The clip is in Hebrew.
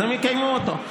אז הם יקיימו אותו.